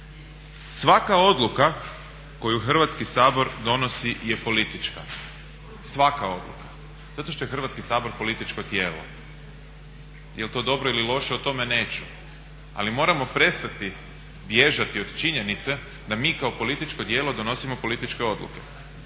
Svaka odluka koju Hrvatski sabor donosi je politička, svaka odluka. Zato što je Hrvatski sabor političko tijelo. Jel' to dobro ili loše o tome neću, ali moramo prestati bježati od činjenice da mi kao političko tijelo donosimo političke odluke.